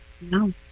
No